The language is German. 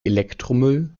elektromüll